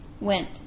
went